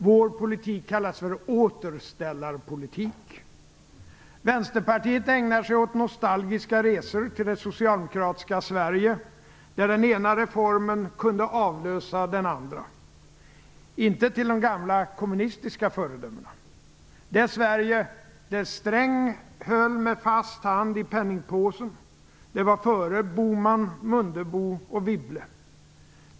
Vår politik kallades för återställarpolitik. Vänsterpartiet ägnar sig åt nostalgiska resor till det socialdemokratiska Sverige där den ena reformen kunde avlösa den andra, inte till de gamla kommunistiska föredömena utan det Sverige där Sträng med fast hand höll i penningpåsen. Det var före Bohman, Mundebo och Wibble.